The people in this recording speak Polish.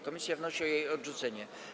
Komisja wnosi o jej odrzucenie.